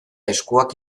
eskuak